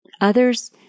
Others